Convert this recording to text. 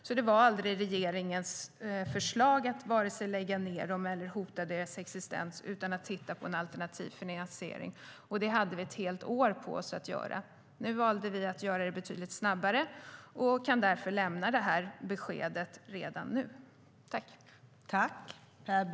Regeringens förslag var alltså aldrig att vare sig lägga ned instituten eller hota deras existens. Vi ville titta på alternativ finansiering, och det hade vi ett helt år på oss att göra. Vi valde att göra det betydligt snabbare och kan därför lämna beskedet redan nu.